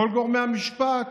כל גורמי המשפט.